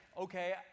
okay